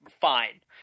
Fine